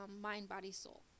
mind-body-soul